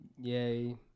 Yay